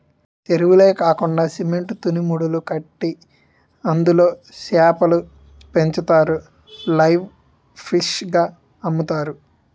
సెరువులే కాకండా సిమెంట్ తూనీమడులు కట్టి అందులో సేపలు పెంచుతారు లైవ్ ఫిష్ గ అమ్ముతారు